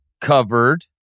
covered